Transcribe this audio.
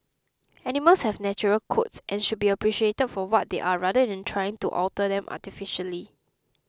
animals have natural coats and should be appreciated for what they are rather than trying to alter them artificially